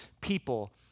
people